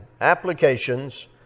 applications